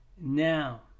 now